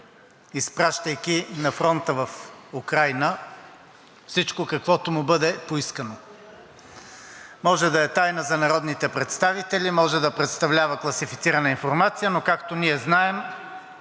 изпращайки на фронта в Украйна всичко, каквото му бъде поискано. Може да е тайна за народните представители, може да представлява класифицирана информация, но както ние знаем,